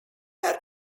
are